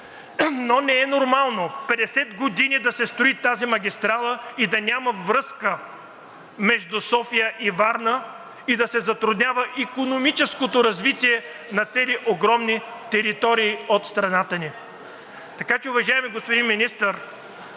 но не е нормално 50 години да се строи тази магистрала и да няма връзка между София и Варна, и да се затруднява икономическото развитие на цели огромни територии от страната ни. Така че, уважаеми господин Министър,